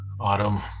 Autumn